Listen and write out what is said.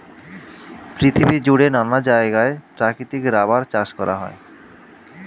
পৃথিবী জুড়ে নানা জায়গায় প্রাকৃতিক রাবার চাষ করা হয়